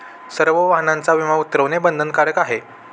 सर्व वाहनांचा विमा उतरवणे बंधनकारक आहे